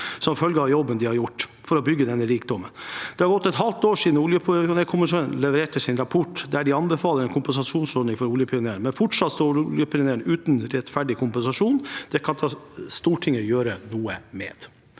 som følge av jobben de har gjort for å bygge denne rikdommen. Det har gått et halvt år siden oljepionerkommisjonen leverte sin rapport der de anbefaler en kompensasjonsordning for oljepionerene, men fortsatt står oljepionerene uten rettferdig kompensasjon. Det kan Stortinget gjøre noe med.